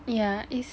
yeah it's